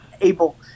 able